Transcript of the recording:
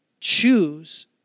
choose